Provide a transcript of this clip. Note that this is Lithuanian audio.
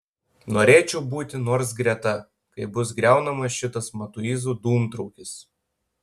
norėčiau būti nors greta kai bus griaunamas šitas matuizų dūmtraukis